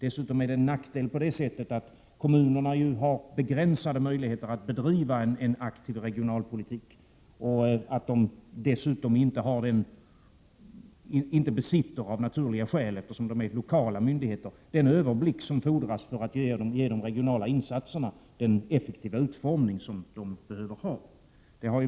En annan nackdel är att man i kommunerna ju har begränsade möjligheter att bedriva en aktiv regionalpolitik och att man där dessutom av naturliga skäl, eftersom det är fråga om lokala myndigheter, inte besitter den överblick som fordras för att ge de regionala insatserna den effektiva utformning som de behöver ha.